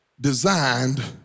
designed